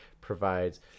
provides